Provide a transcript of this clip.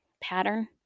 pattern